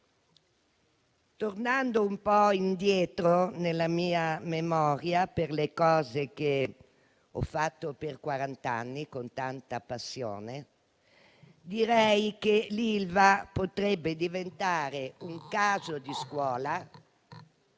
Tornando indietro nella mia memoria, per le cose che ho fatto per quarant'anni con tanta passione, direi che l'Ilva potrebbe diventare un caso di scuola